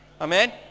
Amen